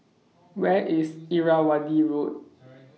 Where IS Irrawaddy Road